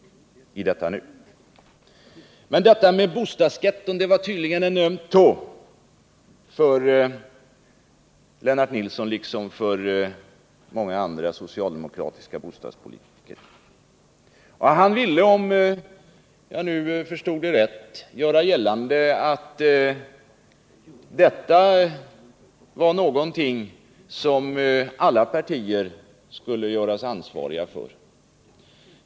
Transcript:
Detta med bostadsgetton var tydligen en öm tå för Lennart Nilsson, liksom för många andra socialdemokratiska bostadspolitiker. Han ville, om jag förstod rätt, göra gällande att detta var någonting som alla partier skulle göras ansvariga för.